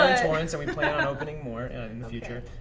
torrence, and we play on opening more in the future.